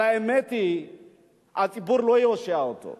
אבל האמת היא שהציבור לא יושיע אותו.